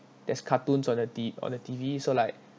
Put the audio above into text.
there's cartoons on the T~ on the T_V so like